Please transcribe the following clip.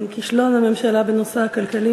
כישלון הממשלה בנושא הכלכלי,